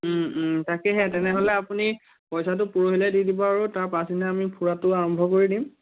তাকেহে তেনেহ'লে আপুনি পইচাটো পৰহিলৈ দি দিব আৰু তাৰ পাছদিনা আমি ফুৰাটো আৰম্ভ কৰি দিম